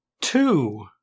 two